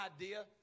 idea